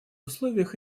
условиях